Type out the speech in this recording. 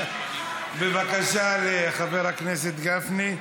בבקשה, חבר הכנסת גפני.